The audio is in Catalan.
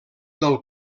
del